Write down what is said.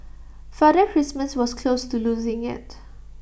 Father Christmas was close to losing IT